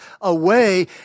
away